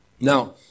Now